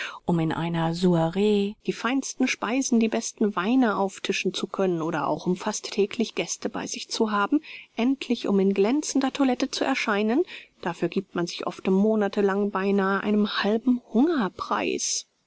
um in einer soire die feinsten speisen die besten weine auftischen zu können oder auch um fast täglich gäste bei sich zu haben endlich um in glänzender toilette zu erscheinen dafür gibt man sich oft monate lang beinahe einem halben hunger preis